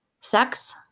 Sex